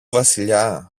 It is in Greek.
βασιλιά